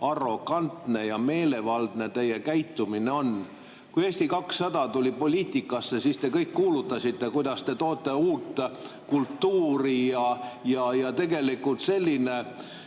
arrogantne ja meelevaldne teie käitumine on. Kui Eesti 200 tuli poliitikasse, siis te kõik kuulutasite, kuidas te toote uut kultuuri, aga tegelikult selline